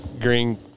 green